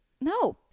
no